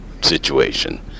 situation